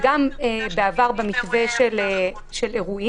ובעבר גם במתווה של אירועים,